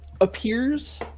appears